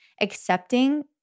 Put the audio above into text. accepting